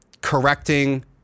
correcting